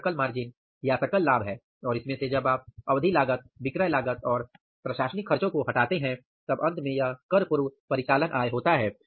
यह सकल मार्जिन या सकल लाभ है और इसमें से जब आप अवधि लागत विक्रय लागत और प्रशासनिक खर्चों को हटाते हैं तब अंत में यह कर पूर्व परिचालन आय होता है